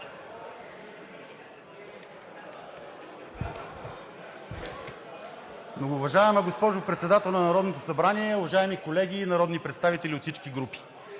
Многоуважаема госпожо Председател на Народното събрание, уважаеми колеги народни представители от всички групи!